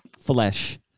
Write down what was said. flesh